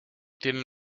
tienen